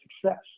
success